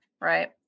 right